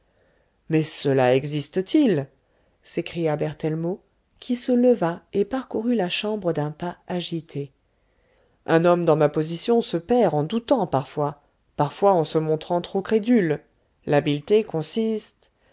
mais cela existe-t-il s'écria berthellemot qui se leva et parcourut la chambre d'un pas agité un homme dans ma position se perd en doutant parfois parfois en se montrant trop crédule l'habileté consiste